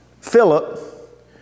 Philip